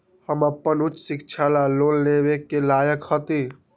हम अपन उच्च शिक्षा ला लोन लेवे के लायक हती?